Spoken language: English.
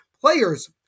players